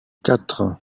quatre